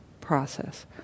process